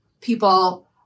people